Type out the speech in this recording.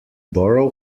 borrow